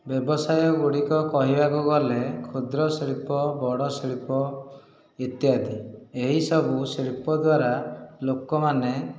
ବ୍ୟବସାୟଗୁଡ଼ିକ କହିବାକୁ ଗଲେ କ୍ଷୁଦ୍ରଶିଳ୍ପ ବଡ଼ଶିଳ୍ପ ଇତ୍ୟାଦି ଏହିସବୁ ଶିଳ୍ପ ଦ୍ଵାରା ଲୋକମାନେ